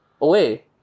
Away